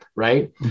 Right